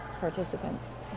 participants